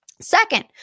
Second